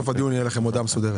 בנוסף, אני מתייחס